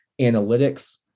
analytics